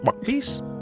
peace